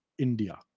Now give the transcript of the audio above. India